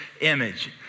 image